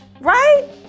Right